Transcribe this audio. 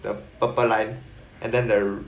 the purple line and then the